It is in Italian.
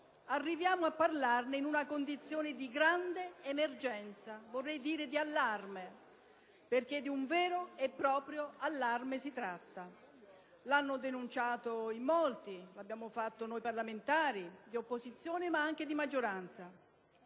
arriviamo a parlarne in una condizione di grande emergenza, o meglio di allarme (perché di vero e proprio allarme si tratta). L'hanno denunciato in molti, come abbiamo fatto anche noi parlamentari (di opposizione, ma anche di maggioranza),